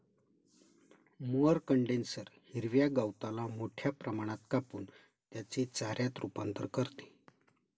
mower conditioner हिरव्या गवताला मोठ्या प्रमाणात कापून त्याचे चाऱ्यात रूपांतर करते